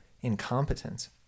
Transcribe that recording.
Incompetence